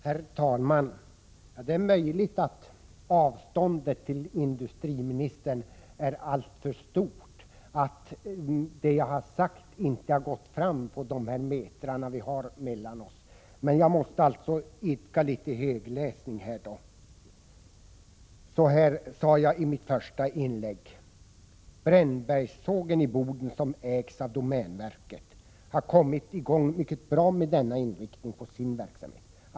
Herr talman! Det är möjligt att avståndet till industriministern är alltför stort för att det jag har sagt skall nå fram. Det är ju några meter mellan våra bänkar. Jag måste därför idka litet högläsning. Så här sade jag i mitt huvudanförande: ”Brännbergssågen i Boden, som ägs av domänverket, har kommit i gång mycket bra med denna inriktning på sin verksamhet.